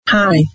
Hi